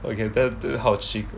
well you can do the hardship